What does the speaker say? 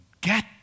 get